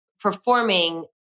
performing